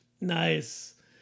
Nice